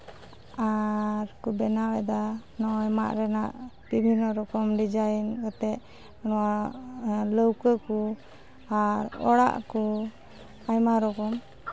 ᱟᱨ ᱠᱚ ᱵᱮᱱᱟᱣᱮᱫᱟ ᱱᱚᱜᱼᱚᱭ ᱢᱟᱫ ᱨᱮᱱᱟᱜ ᱵᱤᱷᱤᱱᱱᱚ ᱨᱚᱠᱚᱢ ᱰᱤᱡᱟᱭᱤ ᱟᱛᱮᱫ ᱱᱚᱣᱟ ᱞᱟᱹᱣᱠᱟᱹ ᱠᱚ ᱟᱨ ᱚᱲᱟᱜ ᱠᱚ ᱟᱭᱢᱟ ᱨᱚᱠᱚᱢ